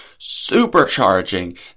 supercharging